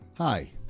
Hi